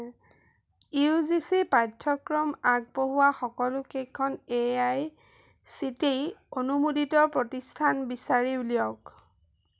U G C পাঠ্যক্ৰম আগবঢ়োৱা সকলোকেইখন A I C T E অনুমোদিত প্ৰতিষ্ঠান বিচাৰি উলিয়াওক